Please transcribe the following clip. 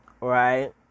right